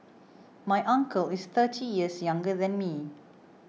my uncle is thirty years younger than me